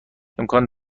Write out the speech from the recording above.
امکان